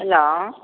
hello